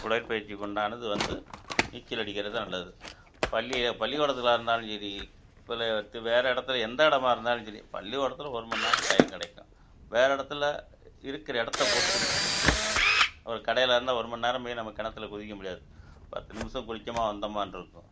உடற்பயிற்சிக்கு உண்டானது வந்து நீச்சல் அடிக்கிறதுதான் நல்லது பள்ளியை பள்ளிக்கூடத்தில் இருந்தாலும் சரி வேற இடத்துல எந்த இடமா இருந்தாலும் சரி பள்ளிக்கூடத்தில் ஒரு மணி நேரம் டைம் கிடைக்கும் வேற இடத்துல இருக்கிற இடத்தப் பொறுத்து இருக்குது ஒரு கடையில் இருந்தால் ஒரு மணி நேரமே நம்ம கிணத்துல குதிக்க முடியாது பத்து நிமிஷம் குளிக்கமா வந்த மான் இருக்கும்